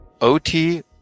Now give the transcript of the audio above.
OT